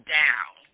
down